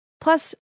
Plus